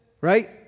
right